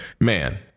man